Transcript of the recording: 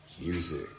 music